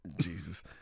Jesus